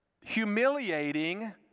humiliating